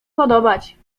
podobać